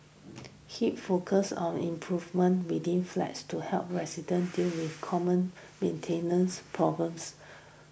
hip focus on improvement within flats to help resident deal with common maintenance problems